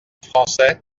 français